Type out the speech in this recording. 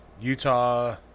Utah